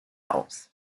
aus